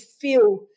feel